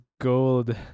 gold